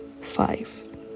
five